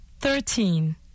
thirteen